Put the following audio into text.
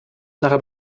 nachher